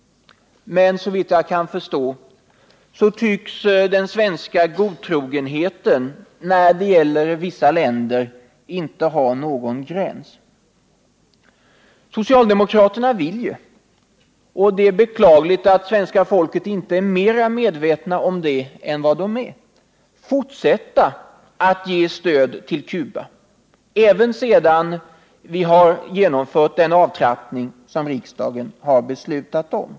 Men såvitt jag kan förstå tycks den svenska godtrogenheten när det gäller vissa länder inte ha någon gräns. Socialdemokraterna vill ju — och det är beklagligt att svenska folket inte är mera medvetet om det än vad som är fallet — fortsätta att ge stöd till Cuba, även sedan vi har genomfört den avtrappning som riksdagen har beslutat om.